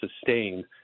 sustain